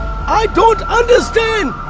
i don't understand!